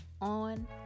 on